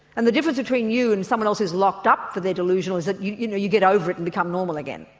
and the difference between you and someone else who's locked up for their delusion is that you you know you get over it and you become normal again.